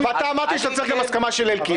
ואתה אמרת שאתה צריך גם הסכמה של אלקין.